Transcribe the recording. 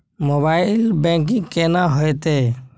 Mobile banking केना हेते?